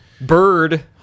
bird